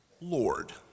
Lord